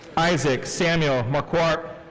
isaac samuel marquardt.